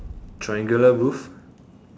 triangular roof